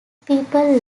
people